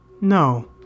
No